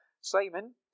Simon